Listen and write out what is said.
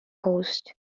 host